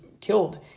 killed